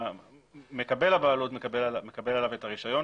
מקבל הבעלות מקבל עליו את הרישיון